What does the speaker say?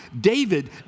David